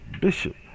Bishop